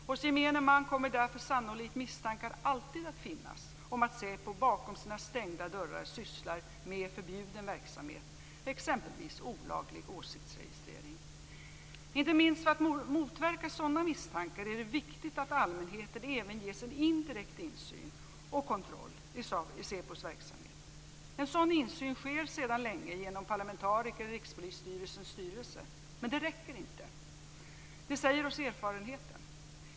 Hos gemene man kommer därför sannolikt misstankar alltid att finnas om att SÄPO bakom sina stängda dörrar sysslar med förbjuden verksamhet, exempelvis olaglig åsiktsregistrering. Inte minst för att motverka sådana misstankar är det viktigt att allmänheten även ges en indirekt insyn och kontroll i SÄPO:s verksamhet. En sådan insyn sker sedan länge genom parlamentariker i Rikspolisstyrelsens styrelse. Men det räcker inte. Det säger oss erfarenheten.